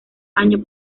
año